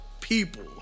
people